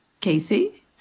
Casey